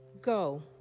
Go